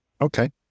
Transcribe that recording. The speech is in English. Okay